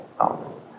else